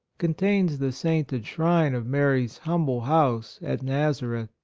contains the sainted shrine of mary's humble house at nazareth,